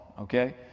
Okay